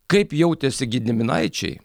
kaip jautėsi gediminaičiai